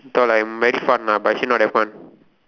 I thought like merry fun ah but actually not that fun